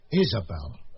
Isabel